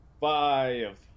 Five